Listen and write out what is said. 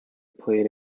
played